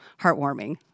heartwarming